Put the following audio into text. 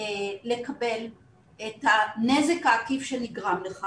לקבל את הנזק העקיף שנגרם לך,